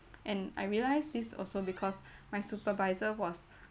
and I realised this also because my supervisor was